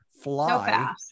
fly